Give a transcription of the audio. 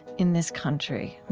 in this country?